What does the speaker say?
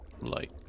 light